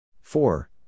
four